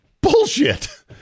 Bullshit